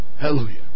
Hallelujah